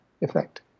effect